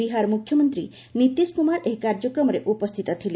ବିହାର ମୁଖ୍ୟମନ୍ତ୍ରୀ ନୀତିଶ କୁମାର ଏହି କାର୍ଯ୍ୟକ୍ରମରେ ଉପସ୍ଥିତ ଥିଲେ